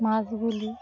মাছগুলি